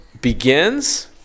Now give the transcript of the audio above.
begins